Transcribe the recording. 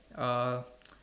uh